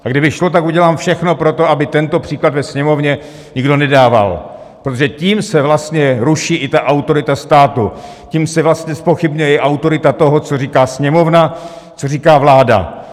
A kdyby to šlo, tak udělám všechno pro to, aby tento příklad ve Sněmovně nikdo nedával, protože tím se vlastně ruší i autorita státu, tím se vlastně zpochybňuje i autorita toho, co říká Sněmovna, co říká vláda.